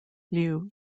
liu